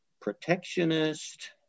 protectionist